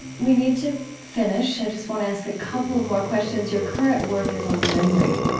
we need to finish. i just want to ask a couple of more questions. your current work is on memory,